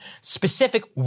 Specific